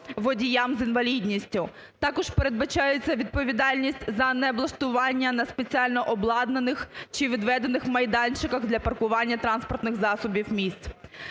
водіям з інвалідністю. Також передбачається відповідальність за необлаштування на спеціально обладнаних чи відведених майданчиках для паркування транспортних засобів місць.